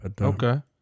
Okay